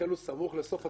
החלו סמוך לסוף התקופה,